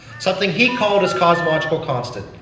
something he called his cosmological constant.